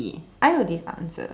I know this answer